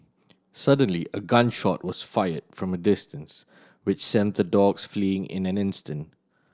suddenly a gun shot was fired from a distance which sent the dogs fleeing in an instant